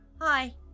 hi